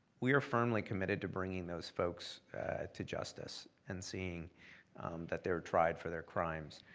we're firmly committed to bringing those folks to justice, and seeing that they're tried for their crimes.